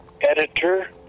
editor